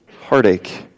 heartache